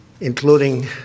including